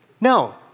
No